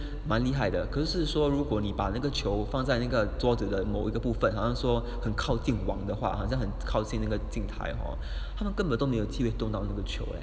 蛮厉害的可是说如果你把那个球放在那个桌子的某个部分好像说很靠近网的话好像很靠近那个竞台他们根本都没有机会动到个球 ah